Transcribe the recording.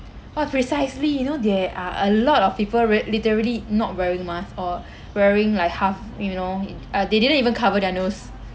oh precisely you know there are a lot of people rit~ literally not wearing masks or wearing like half you know it uh they didn't even cover their nose